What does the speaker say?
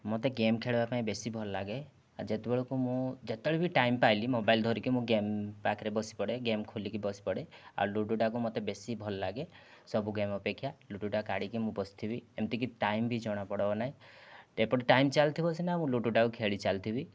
ମୋତେ ଗେମ୍ ଖେଳିବା ପାଇଁ ବେଶି ଭଲ ଲାଗେ ଆଉ ଯେତେବେଳକୁ ମୁଁ ଯେତେବେଳେ ବି ଟାଇମ୍ ପାଇଲି ମୋବାଇଲ ଧରିକି ମୁଁ ଗେମ ପାଖରେ ବସିପଡ଼େ ଗେମ ଖୋଲିକି ବସିପଡ଼େ ଆଉ ଲୁଡ଼ୋ ଟାକୁ ମୋତେ ବେଶି ଭଲ ଲାଗେ ସବୁ ଗେମ୍ ଅପେକ୍ଷା ଲୁଡ଼ୋଟା କାଢ଼ିକି ମୁଁ ବସିଥିବି ଏମିତି କି ଟାଇମ୍ ବି ଜଣା ପଡ଼ିବ ନାହିଁ ଏପଟେ ଟାଇମ୍ ଚାଲିଥିବ ସିନା ମୁଁ ଲୁଡ଼ୋଟାକୁ ଖେଳି ଚାଲିଥିବି